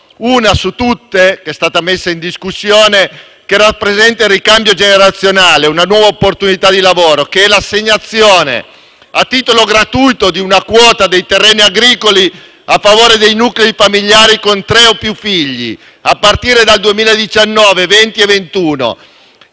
una su tutte, che è stata messa in discussione e rappresenta il ricambio generazionale, una nuova opportunità di lavoro: l'assegnazione a titolo gratuito di una quota dei terreni agricoli a favore dei nuclei familiari con tre o più figli a partire dal 2019, 2020 e 2021.